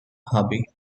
hobby